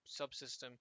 subsystem